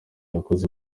yakoze